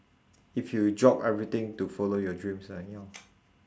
if you dropped everything to follow your dreams ah ya